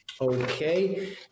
Okay